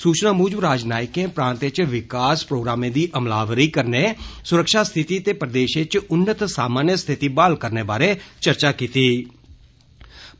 सूचना मुजब राजनियकें प्रांत इच विकास प्रोग्रामें दी अमलाबरी करने सुरक्षा स्थिति ते प्रदेश इच उन्नत सामान्य स्थिति बहाल करने बारे चर्चा किती